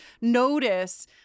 notice